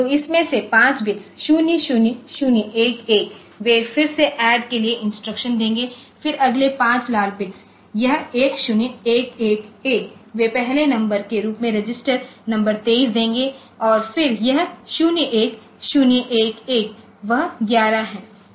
तो इसमें से 5 बिट्स 00011 वे फिर से add के लिए इंस्ट्रक्शन देंगे फिर अगले 5 लाल बिट्स यह 10111 वे पहले नंबर के रूप में रजिस्टर नंबर 23 देंगे और फिर यह 01011 वह 11 है